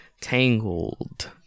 Tangled